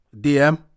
DM